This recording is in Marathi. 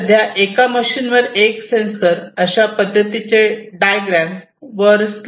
सध्या एका मशीनवर एक सेंसर अशा पद्धतीचे डायग्रॅम वर स्लाईड मध्ये दाखवली आहे